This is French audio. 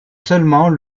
seulement